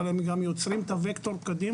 אבל הם גם יוצרים את הווקטור קדימה